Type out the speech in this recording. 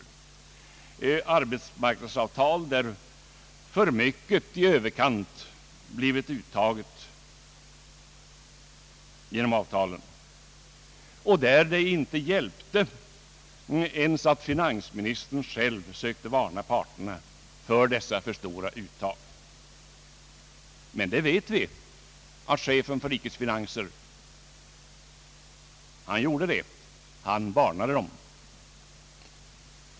Genom dessa arbetsmarknadsavtal har för mycket blivit uttaget. Det hjälpte inte ens att finansministern själv försökte varna parterna för dessa för stora uttag. Vi vet att chefen för rikets finanser gjorde det. Han varnade dem.